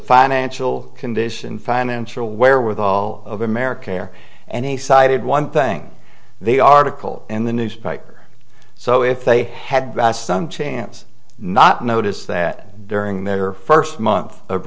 financial condition financial wherewithal of america there and he cited one thing the article in the newspaper so if they had some chance not notice that during their first month of